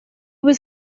was